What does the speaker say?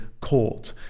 court